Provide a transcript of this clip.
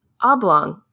oblong